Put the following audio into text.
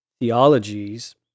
theologies